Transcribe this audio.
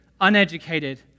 uneducated